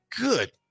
Good